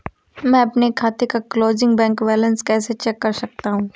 मैं अपने खाते का क्लोजिंग बैंक बैलेंस कैसे चेक कर सकता हूँ?